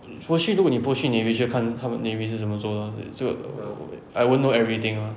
post 去如果你 post 去 navy 需要看他们你会是这么做 lor 就 I won't know anything [one]